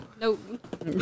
Nope